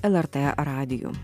lrt radiju